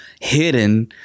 hidden